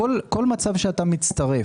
בכל מצב שבו אתה מצטרף,